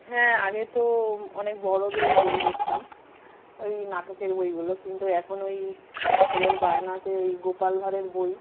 হ্যাঁ আগে তো অনেক বড়দের বই পড়তাম ওই নাটকের বইগুলো কিন্তু এখন ওই ছেলের বায়নাতে ওই গোপাল ভাঁড়ের বই